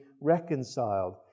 reconciled